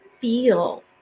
feel